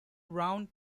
round